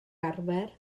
arfer